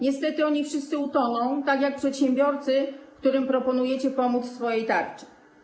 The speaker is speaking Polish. Niestety oni wszyscy utoną, tak jak przedsiębiorcy, którym proponujecie pomóc w swojej tarczy.